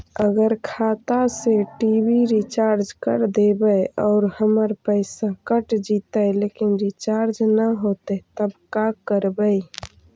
अगर खाता से टी.वी रिचार्ज कर देबै और हमर पैसा कट जितै लेकिन रिचार्ज न होतै तब का करबइ?